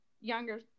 younger